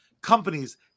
companies